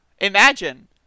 Imagine